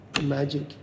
magic